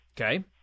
Okay